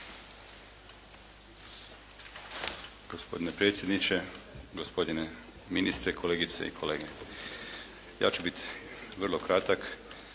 Gospodine predsjedniče, gospodine ministre, kolegice i kolege. Ja ću biti vrlo kratak,